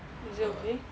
is it okay